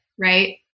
right